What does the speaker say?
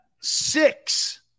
six